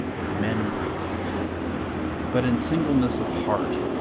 as menpleasers but in singleness of heart,